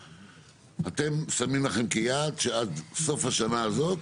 אתם שמים לכם כיעד שעד סוף השנה הזאת